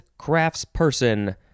craftsperson